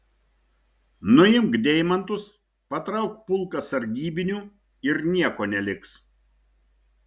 nuimk deimantus patrauk pulką sargybinių ir nieko neliks